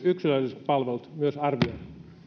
yksilölliset palvelut arvioida